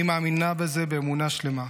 אני מאמינה בזה באמונה שלמה.